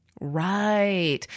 Right